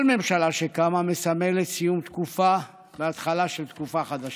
כל ממשלה שקמה מסמלת סיום תקופה והתחלה של תקופה חדשה.